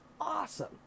awesome